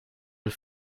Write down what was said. het